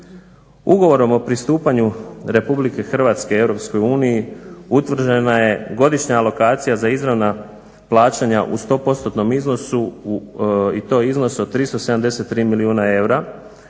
Ugovorom o pristupanju Republike Hrvatske Europskoj uniji utvrđena je godišnja lokacija za izravna plaćanja u 100%-tnom iznosu i to iznos od 373 milijuna eura